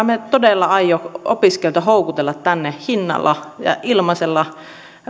me todella aio opiskelijoita houkutella tänne ilmaisella